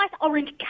orange